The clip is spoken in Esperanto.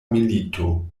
milito